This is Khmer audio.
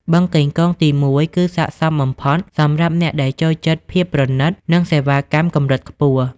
បឹងកេងកងទី១ គឺស័ក្តិសមបំផុតសម្រាប់អ្នកដែលចូលចិត្តភាពប្រណីត និងសេវាកម្មកម្រិតខ្ពស់។